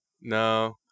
No